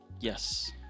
Yes